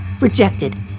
rejected